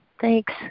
Thanks